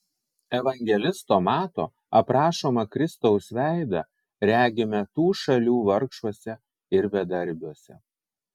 evangelisto mato aprašomą kristaus veidą regime tų šalių vargšuose ir bedarbiuose